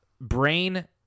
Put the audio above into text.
Brain